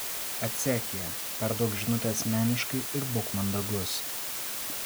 atsek ją perduok žinutę asmeniškai ir būk mandagus